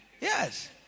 Yes